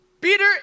Peter